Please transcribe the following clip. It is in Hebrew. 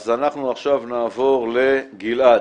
אנחנו עכשיו נעבור לגלעד.